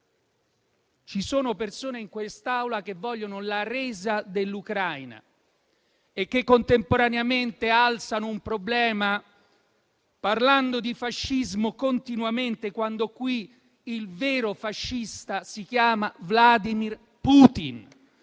Ci sono persone in quest'Aula che vogliono la resa dell'Ucraina e che contemporaneamente alzano un problema parlando di fascismo continuamente, quando qui il vero fascista si chiama Vladimir Putin,